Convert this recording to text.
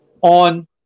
on